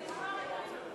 תשמור על דברים מכובדים.